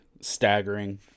staggering